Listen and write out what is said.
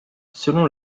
selon